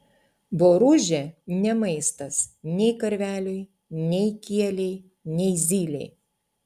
boružė ne maistas nei karveliui nei kielei nei zylei